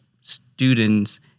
students